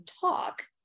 talk